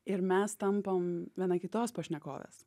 ir mes tampam viena kitos pašnekovės